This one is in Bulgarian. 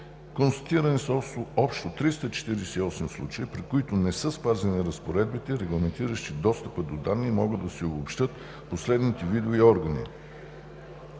Констатирани са общо 348 случаи, при които не са спазени разпоредбите, регламентиращи достъпа до данни и могат да се обобщят по следните видове и органи: